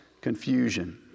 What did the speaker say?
confusion